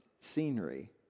scenery